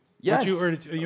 Yes